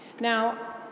Now